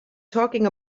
talking